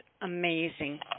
amazing